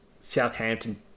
Southampton